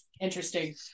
interesting